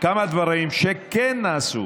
כמה דברים שכן נעשו